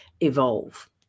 evolve